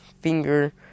Finger